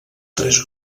tres